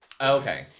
Okay